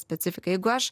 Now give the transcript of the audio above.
specifika jeigu aš